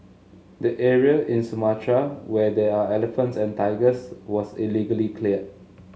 the area in Sumatra where there are elephants and tigers was illegally cleared